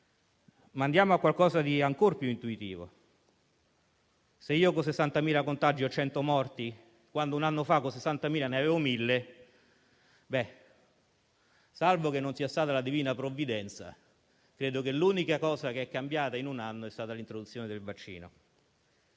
Passiamo a qualcosa di ancor più intuitivo. Se oggi con 60.000 contagi ho 100 morti e un anno fa con lo stesso numero di contagi avevo 1.000 morti, salvo che non sia stata la divina provvidenza, credo che l'unica cosa che è cambiata in un anno è stata l'introduzione del vaccino.